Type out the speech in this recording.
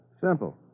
Simple